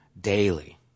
daily